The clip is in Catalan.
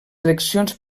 eleccions